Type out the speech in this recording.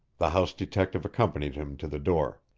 the house detective accompanied him to the door.